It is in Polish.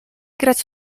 grać